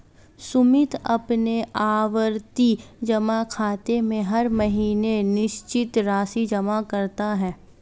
सुमित अपने आवर्ती जमा खाते में हर महीने निश्चित राशि जमा करता है